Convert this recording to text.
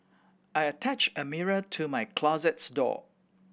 I attached a mirror to my closet door